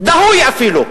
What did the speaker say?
דהוי אפילו,